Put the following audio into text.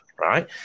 right